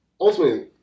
ultimately